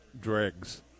dregs